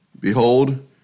Behold